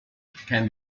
can